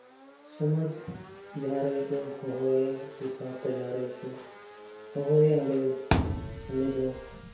ᱥᱚᱢᱟᱡᱽ ᱡᱟᱦᱟᱸ ᱨᱮᱜᱮ ᱠᱚ ᱦᱚᱦᱚᱣᱟᱭᱟ ᱥᱮ ᱥᱟᱶᱛᱟ ᱡᱟᱦᱟᱸ ᱨᱮᱜᱮ ᱠᱚ ᱦᱚᱦᱚᱣᱟᱭᱟ ᱚᱸᱰᱮ ᱩᱱᱤ ᱫᱚ